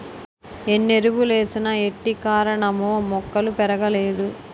ఎన్నెరువులేసిన ఏటికారణమో మొక్కలు పెరగలేదు